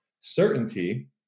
certainty